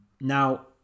Now